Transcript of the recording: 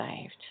saved